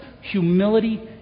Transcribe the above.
humility